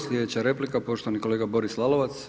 Sljedeća replika, poštovani kolega Boris Lalovac.